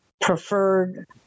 preferred